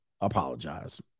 apologize